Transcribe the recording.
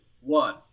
one